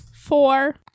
four